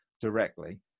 directly